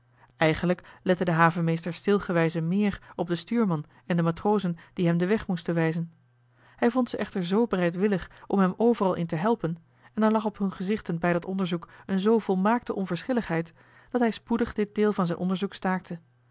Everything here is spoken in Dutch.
eigenlijk lette de havenmeester steelgewijze meer op den stuurman en de matrozen die hem den weg moesten wijzen hij vond ze echter zoo bereidwillig om hem overal in te helpen en er lag op hun gezichten bij dat onderzoek een zoo volmaakte onverschilligheid dat hij spoedig dit deel van zijn onderzoek staakte